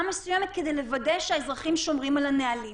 מסוימת כדי לוודא שהאזרחים שומרים על הנהלים.